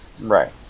Right